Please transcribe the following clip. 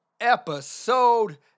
Episode